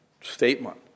statement